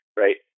right